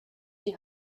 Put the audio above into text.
die